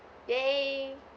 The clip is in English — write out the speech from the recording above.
!yay!